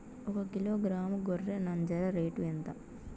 ఒకకిలో గ్రాము గొర్రె నంజర రేటు ఎంత?